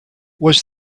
was